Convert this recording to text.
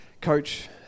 coach